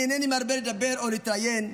אני אינני מרבה לדבר או להתראיין.